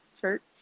Church